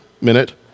Minute